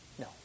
No